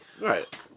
Right